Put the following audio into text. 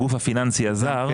הגוף הפיננסי הזר,